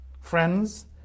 Friends